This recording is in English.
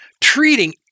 treating